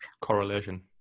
correlation